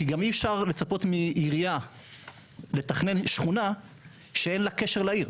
כי גם אי אפשר לצפות מעירייה לתכנן שכונה שאין לה קשר לעיר.